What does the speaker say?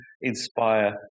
inspire